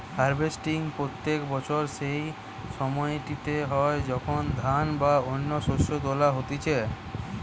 harvesting প্রত্যেক বছর সেই সময়টিতে হয় যখন ধান বা অন্য শস্য তোলা হতিছে